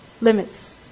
limits